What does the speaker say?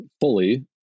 fully